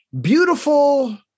beautiful